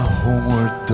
homeward